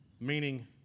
Meaning